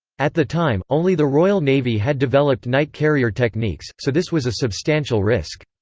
at the time, only the royal navy had developed night carrier techniques, so this was a substantial risk.